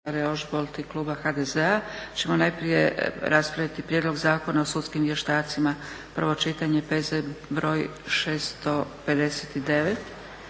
i kluba HDZ-a ćemo najprije raspraviti: 10. Prijedlog zakona o sudskim vještacima, prvo čitanje, P.Z. br. 659